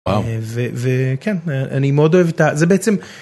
וכן אני מאוד אוהב את זה בעצם.